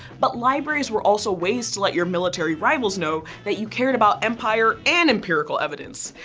but libraries were also ways to let your military rivals know that you cared about empire and empirical evidence.